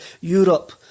Europe